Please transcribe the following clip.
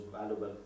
valuable